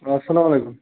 اَسلام علیکُم